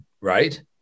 right